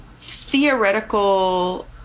theoretical